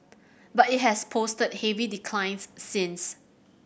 but it has posted heavy declines since